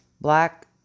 Black